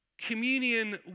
communion